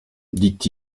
dit